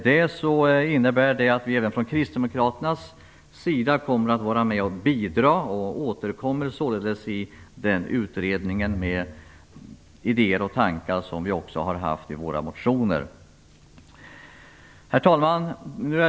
Det innebär att vi även från kristdemokraternas sida kommer att vara med och bidra. Vi återkommer således i den utredningen med de idéer och tankar som vi också har haft i våra motioner. Herr talman!